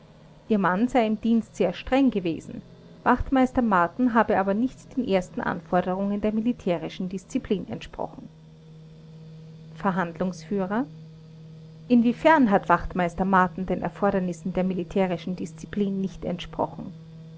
ihr mann sei im dienst sehr streng gewesen wachtmeister marten habe aber nicht den ersten anforderungen der militärischen disziplin entsprochen verhandlungsführer inwiefern hat wachtmeister marten den erfordernissen der militärischen disziplin nicht entsprochen